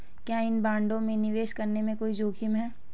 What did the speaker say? क्या इन बॉन्डों में निवेश करने में कोई जोखिम है?